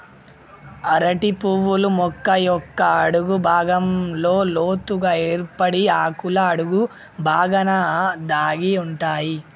అరటి పువ్వులు మొక్క యొక్క అడుగు భాగంలో లోతుగ ఏర్పడి ఆకుల అడుగు బాగాన దాగి ఉంటాయి